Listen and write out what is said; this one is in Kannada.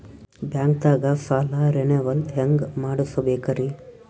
ಬ್ಯಾಂಕ್ದಾಗ ಸಾಲ ರೇನೆವಲ್ ಹೆಂಗ್ ಮಾಡ್ಸಬೇಕರಿ?